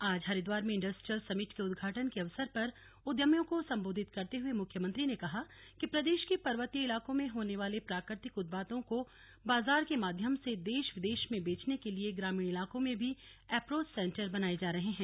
आज हरिद्वार में industrial summit के उद्घाटन के अवसर पर उद्यमियों को संबोधित करते हुए मुख्यमंत्री ने कहा कि प्रदेश के पर्वतीय इलाकों में होने वाले प्राकृतिक उत्पादों को बाजार के माध्यम से देश विदेश में बेचने के लिए ग्रामीण इलाकों में भी अपरोच सेंटर बनाए जा रहे हैं